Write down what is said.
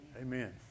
Amen